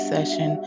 Session